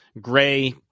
Gray